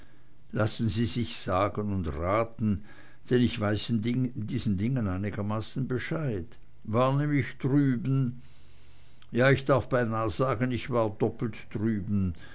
lassen sie sich sagen und raten denn ich weiß in diesen dingen einigermaßen bescheid war nämlich drüben ja ich darf beinah sagen ich war doppelt drüben